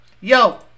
Yo